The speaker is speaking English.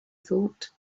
thought